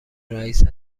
رئیست